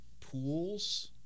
pools